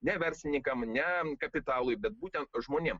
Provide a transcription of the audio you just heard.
ne verslininkam ne kapitalui bet būtent žmonėm